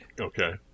okay